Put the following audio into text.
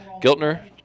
Giltner